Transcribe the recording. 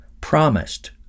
promised